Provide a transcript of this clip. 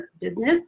business